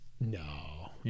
no